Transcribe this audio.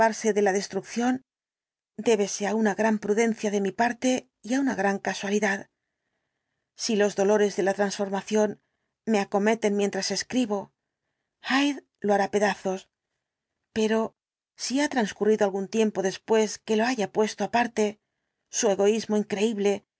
de la destrucción débese á una gran prudencia de mi parte y á una gran casualidad si los dolores de la transformación me acometen mientras escribo hyde lo hará pedazos pero si ha transcurrido algún tiempo después que lo haya puesto aparte su egoísmo increíble